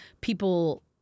people